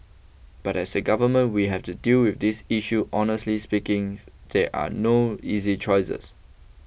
but as a government we have to deal with this issue honestly speaking there are no easy choices